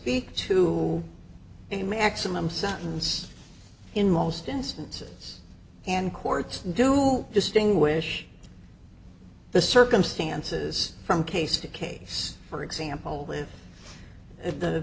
the maximum sentence in most instances and courts do distinguish the circumstances from case to case for example with if the